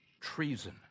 treason